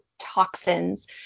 toxins